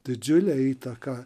didžiulė įtaka